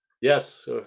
Yes